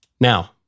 Now